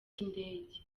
cy’indege